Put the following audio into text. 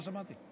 לא שמעתי.